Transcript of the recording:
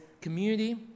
community